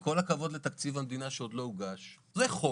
עם כל הכבוד לתקציב המדינה שעוד לא הוגש, זה חוק.